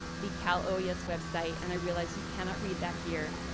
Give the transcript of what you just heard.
the cal oes ah website, and i realize you cannot read that here.